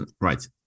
right